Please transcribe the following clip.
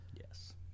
Yes